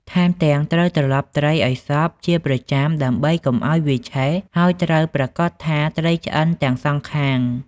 ថែមទាំងត្រូវត្រឡប់ត្រីឲ្យសព្វ ជាប្រចាំដើម្បីកុំឲ្យវាឆេះ ហើយត្រូវប្រាកដថាត្រីឆ្អិនទាំងសងខាង។